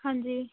ਹਾਂਜੀ